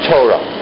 Torah